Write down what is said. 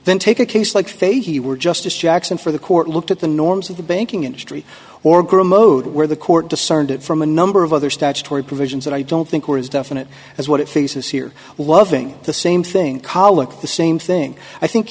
then take a case like fahy were justice jackson for the court looked at the norms of the banking industry or group mode where the court discerned from a number of other statutory provisions that i don't think were as definite as what it faces here loving the same thing colic the same thing i think